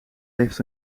heeft